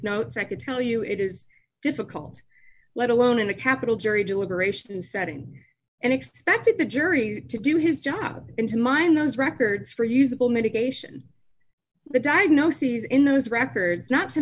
notes i could tell you it is difficult let alone in a capital jury deliberation setting and expected the jury to do his job and to mind those records for usable mitigation the diagnoses in those records not to